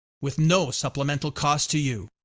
with no supplemental cost to you.